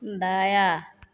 दाया